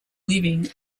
living